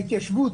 המיעוטים.